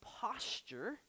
posture